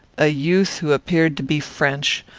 a youth who appeared to be french,